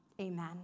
Amen